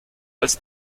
als